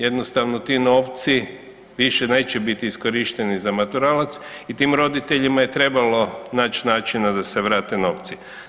Jednostavno ti novci više neće biti iskorišteni za maturalac i tim roditeljima je trebalo naći načina da se vrate novci.